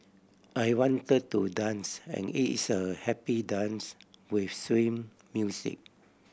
I want to dance and it's a happy dance with swing music